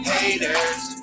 Haters